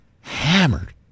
hammered